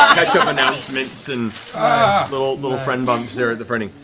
catchup announcements and little little friend-bumps there at the front.